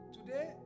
Today